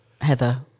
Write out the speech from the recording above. Heather